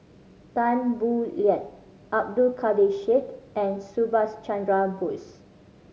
Tan Boo Liat Abdul Kadir Syed and Subhas Chandra Bose